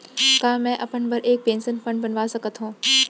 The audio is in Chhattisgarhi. का मैं अपन बर एक पेंशन फण्ड बनवा सकत हो?